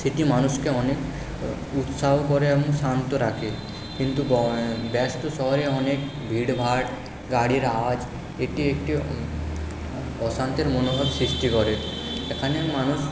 সেটি মানুষকে অনেক উৎসাহ করে এবং শান্ত রাখে কিন্তু ব্যস্ত শহরে অনেক ভিড়ভাড় গাড়ির আওয়াজ এটি একটি অশান্তির মনোভাব সৃষ্টি করে এখানে মানুষ